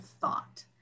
thought